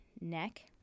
neck